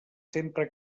sempre